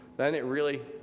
then it really,